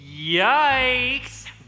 Yikes